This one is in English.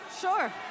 Sure